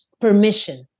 permission